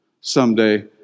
someday